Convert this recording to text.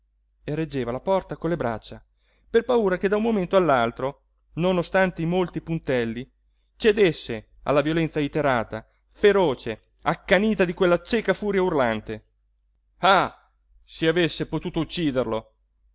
e reggeva la porta con le braccia per paura che da un momento all'altro non ostante i molti puntelli cedesse alla violenza iterata feroce accanita di quella cieca furia urlante ah se avesse potuto ucciderlo